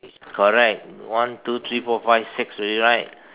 correct one two three four five six already right